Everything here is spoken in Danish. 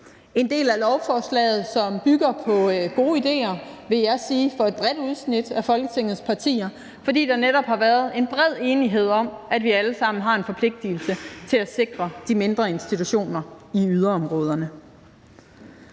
en del af lovforslaget, som bygger på gode idéer, vil jeg sige, fra et bredt udsnit af Folketingets partier, fordi der netop har været en bred enighed om, at vi alle sammen har en forpligtigelse til at sikre de mindre institutioner i yderområderne.